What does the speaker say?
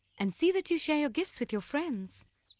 and see that you share your gifts with your friends.